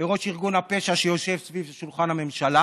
לראש ארגון הפשע, שיושב ליד שולחן הממשלה,